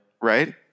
Right